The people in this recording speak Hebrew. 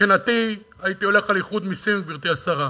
מבחינתי, הייתי הולך על איחוד מסים, גברתי השרה.